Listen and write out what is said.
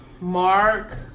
Mark